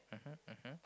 mmhmm mmhmm